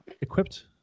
equipped